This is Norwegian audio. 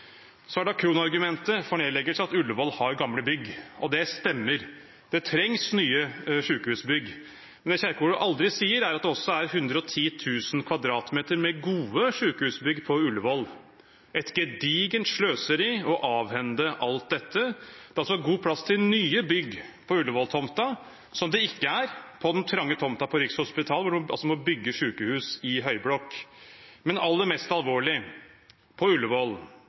Kronargumentet for nedleggelse er at Ullevål har gamle bygg, og det stemmer. Det trengs nye sykehusbygg. Men det Kjerkol aldri sier, er at det også er 110 000 kvadratmeter med gode sykehusbygg på Ullevål. Det er et gedigent sløseri å avhende alt dette. Det er også god plass til nye bygg på Ullevål-tomten, noe det ikke er på den trange tomten ved Rikshospitalet, hvor en altså må bygge sykehus i høyblokk. Men det aller mest alvorlige er: På Ullevål